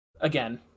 Again